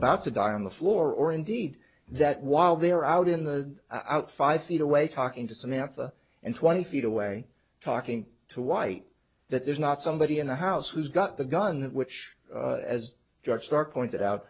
about to die on the floor or indeed that while they're out in the out five feet away talking to samantha and twenty feet away talking to white that there's not somebody in the house who's got the gun which as george stark pointed out